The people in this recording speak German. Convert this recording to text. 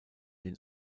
den